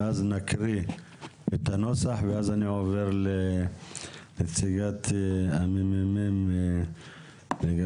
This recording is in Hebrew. ואז נקריא את הנוסח ונציגת המ.מ.מ תציג